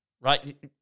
right